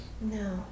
No